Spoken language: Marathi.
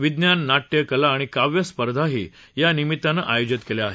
विज्ञान नाट्य कला आणि काव्य स्पर्धाही या निमित्तानं आयोजित केल्या आहेत